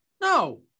No